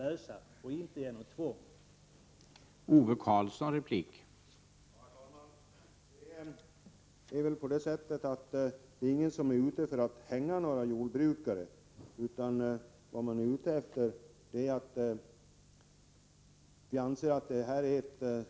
Det sker inte genom tvångsåtgärder.